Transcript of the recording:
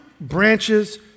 branches